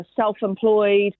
self-employed